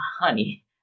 honey